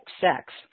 sex